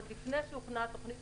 עוד לפני שהוכנה התוכנית